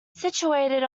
situated